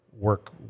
work